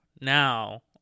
now